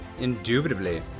Indubitably